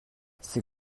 ces